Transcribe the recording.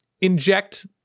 Inject